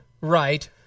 Right